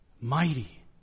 mighty